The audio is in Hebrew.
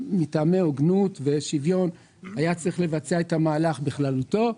מטעמי הוגנות ושוויון היה צריך לבצע את המהלך בכללותו.